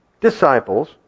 disciples